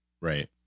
Right